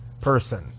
person